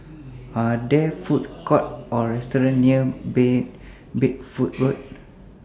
Are There Food Courts Or restaurants near Bed Bedford Road